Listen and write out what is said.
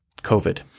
COVID